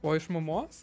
o iš mamos